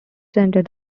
centred